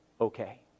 Okay